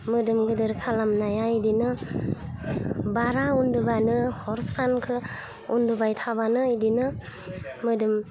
मोदोम गेदेर खालामनाया बिदिनो बारा उन्दुबानो हर सानखो उन्दुबाय थाबानो बिदिनो मोदोम